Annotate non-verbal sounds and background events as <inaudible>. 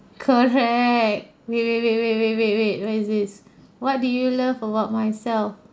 correct wait wait wait wait wait wait wait what is this <breath> what do you love about myself